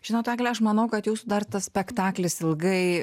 žinot ege aš manau kad jūsų dar tas spektaklis ilgai